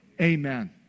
Amen